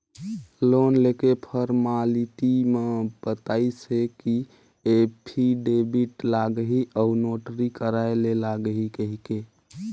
loan लेके formality म बताइस हे कि एफीडेबिड लागही अउ नोटरी कराय ले लागही कहिके